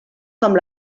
com